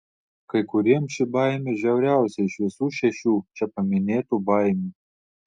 kai kuriems ši baimė žiauriausia iš visų šešių čia paminėtų baimių